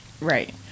Right